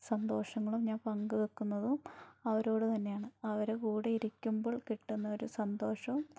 സന്തോഷങ്ങളും ഞാൻ പങ്കുവെക്കുന്നതും അവരോട് തന്നെയാണ് അവര് കൂടെ ഇരിക്കുമ്പോൾ കിട്ടുന്ന ഒരു സന്തോഷം